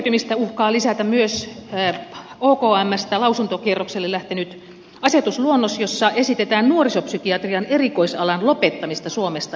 syrjäytymistä uhkaa lisätä myös okmstä lausuntokierrokselle lähtenyt asetusluonnos jossa esitetään nuorisopsykiatrian erikoisalan lopettamista suomesta